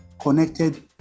connected